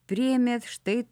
priėmė štai